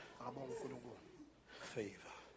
Favor